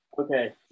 okay